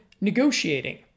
negotiating